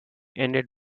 ended